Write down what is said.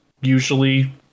usually